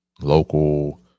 local